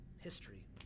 history